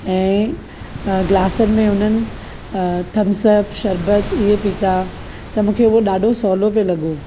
ऐं ग्लासनि में उन्हनि थम्स अप शरबत इहे पीता त मूंखे इहो डा॒ढो सवलो पियो लगो॒